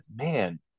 man